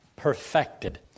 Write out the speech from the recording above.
perfected